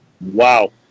wow